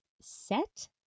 set